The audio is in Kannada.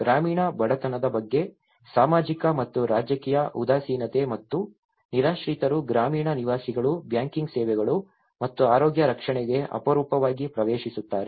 ಗ್ರಾಮೀಣ ಬಡತನದ ಬಗ್ಗೆ ಸಾಮಾಜಿಕ ಮತ್ತು ರಾಜಕೀಯ ಉದಾಸೀನತೆ ಮತ್ತು ನಿರಾಶ್ರಿತರು ಗ್ರಾಮೀಣ ನಿವಾಸಿಗಳು ಬ್ಯಾಂಕಿಂಗ್ ಸೇವೆಗಳು ಮತ್ತು ಆರೋಗ್ಯ ರಕ್ಷಣೆಗೆ ಅಪರೂಪವಾಗಿ ಪ್ರವೇಶಿಸುತ್ತಾರೆ